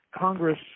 Congress